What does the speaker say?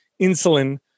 insulin